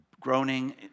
Groaning